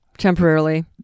Temporarily